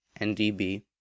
NDB